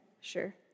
sure